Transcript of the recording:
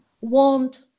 want